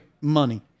money